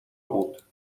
بود